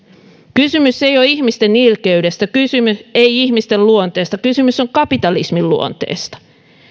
kysymys ei ole ihmisten ilkeydestä ei ihmisten luonteesta kysymys on kapitalismin luonteesta